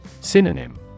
Synonym